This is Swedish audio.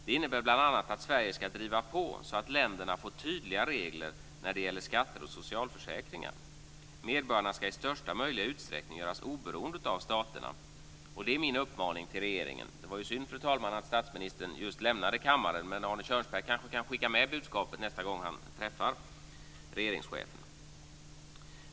Det innebär bl.a. att Sverige ska driva på så att länderna får tydliga regler för skatter och socialförsäkringar. Medborgarna ska i största möjliga utsträckning göras oberoende av staterna. Det är min uppmaning till regeringen. Det var synd, fru talman, att statsministern just lämnade kammaren, men Arne Kjörnsberg kanske kan skicka med budskapet nästa gång han träffar regeringschefen.